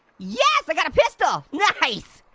yes, i got a pistol, nice.